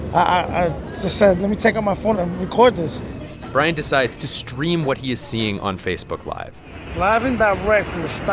i just so said, let me take out my phone and record this brian decides to stream what he is seeing on facebook live live and direct